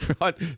right